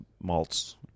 malts